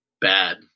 bad